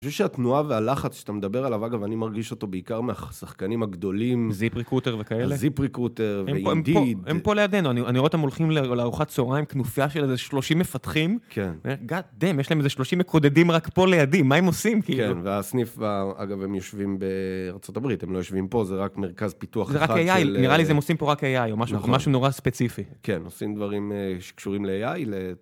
אני חושב שהתנועה והלחץ שאתה מדבר עליו, אגב, אני מרגיש אותו בעיקר מהשחקנים הגדולים. זיפריקוטר וכאלה. זיפריקוטר וידיד. הם פה לידינו, אני רואה אותם הולכים לארוחת צהריים, כנופיה של איזה 30 מפתחים. כן. גאד דם, יש להם איזה 30 מקודדים רק פה לידי, מה הם עושים? כן, והסניף, אגב, הם יושבים בארה״ב, הם לא יושבים פה, זה רק מרכז פיתוח אחד של... נראה לי שהם עושים פה רק AI או משהו נורא ספציפי. כן, עושים דברים שקשורים ל-AI.